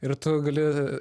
ir tu gali